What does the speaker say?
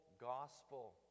gospel